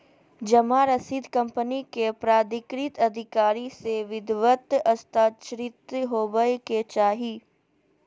जमा रसीद कंपनी के प्राधिकृत अधिकारी से विधिवत हस्ताक्षरित होबय के चाही